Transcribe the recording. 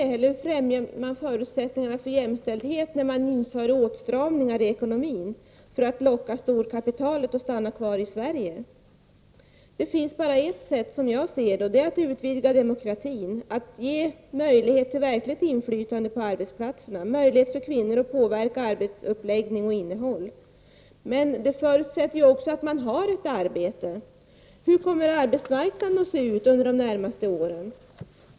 Hur främjar man förutsättningarna för jämställdhet när man inför åtstramningar i ekonomin för att locka storkapitalet att stanna kvar i Sverige? Det finns bara ett sätt, som jag ser det. Det är att utvidga demokratin, att ge möjlighet till verkligt inflytande på arbetsplatserna, möjlighet för kvinnorna att påverka arbetets uppläggning och innehåll. Detta förutsätter också att man har ett arbete. Hur kommer arbetsmarknaden att se ut under de närmaste åren?